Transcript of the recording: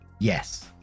Yes